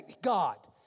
God